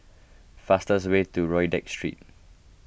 faster way to Rodyk Street